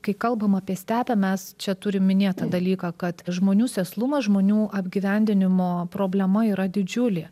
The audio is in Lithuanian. kai kalbam apie stepę mes čia turim minėt tą dalyką kad žmonių sėslumas žmonių apgyvendinimo problema yra didžiulė